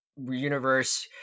Universe